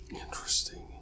Interesting